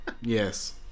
Yes